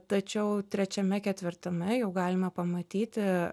tačiau trečiame ketvirtame jau galima pamatyti